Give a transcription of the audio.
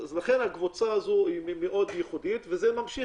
הקבוצה הזו מאוד ייחודית וזה ממשיך,